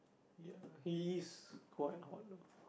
ya he is quite hot lah